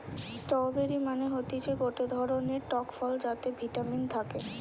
strawberry মানে হতিছে গটে ধরণের টক ফল যাতে ভিটামিন থাকে